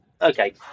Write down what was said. Okay